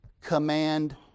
command